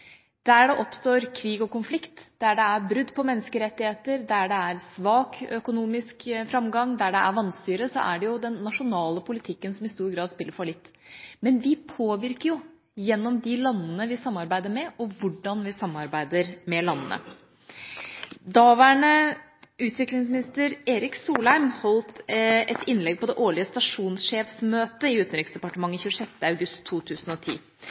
Der det oppstår krig og konflikt, der det er brudd på menneskerettigheter, der det er svak økonomisk framgang, og der det er vanstyre er det den nasjonale politikken som i stor grad spiller fallitt. Men vi påvirker jo gjennom de landene vi samarbeider med, og hvordan vi samarbeider med landene. Daværende utviklingsminister Erik Solheim holdt et innlegg på det årlige stasjonsjefsmøtet i Utenriksdepartementet 26. august 2010.